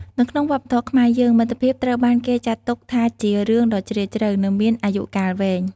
នៅក្នុងវប្បធម៌ខ្មែរយើង មិត្តភាពត្រូវបានគេចាត់ទុកថាជារឿងដ៏ជ្រាលជ្រៅ និងមានអាយុកាលវែង។